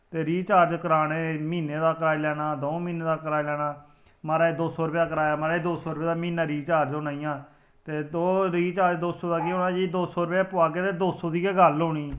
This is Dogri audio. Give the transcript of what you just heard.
ते रिचार्ज कराने म्हीने दा कराई लैना दं'ऊ म्हीने दा कराई लैना महाराज दो सौ रपेआ कराया महाराज दो सौ रपेऽ दा म्हीना रिचार्ज होना ई आ ते तुस रिचार्ज दो सौ दा केह् होना जे दो सौ रपेआ पुआगे ते दो सौ दी गै गल्ल होनी